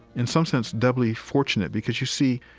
in some sense, doubly fortunate because, you see,